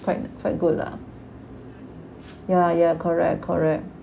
quite quite good lah ya ya correct correct